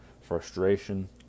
frustration